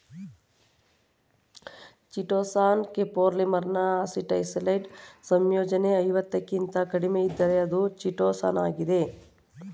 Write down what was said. chitosan ಕೋಪೋಲಿಮರ್ನ ಅಸಿಟೈಲೈಸ್ಡ್ ಸಂಯೋಜನೆ ಐವತ್ತಕ್ಕಿಂತ ಕಡಿಮೆಯಿದ್ದರೆ ಅದು ಚಿಟೋಸಾನಾಗಿದೆ